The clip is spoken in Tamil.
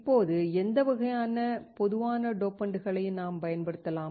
இப்போது எந்த வகையான பொதுவான டோபண்டுகளை நாம் பயன்படுத்தலாம்